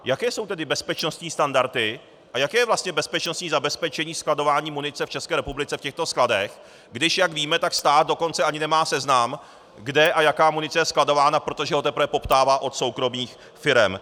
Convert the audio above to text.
Jaké jsou tedy bezpečnostní standardy a jaké je vlastně bezpečnostní zabezpečení skladování munice v České republice v těchto skladech, když, jak víme, stát dokonce ani nemá seznam, kde a jaká munice je skladována, protože ho teprve poptává od soukromých firem?